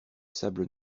sable